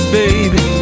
baby